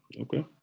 Okay